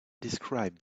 describe